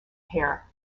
hare